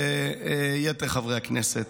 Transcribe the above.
ויתר חברי הכנסת,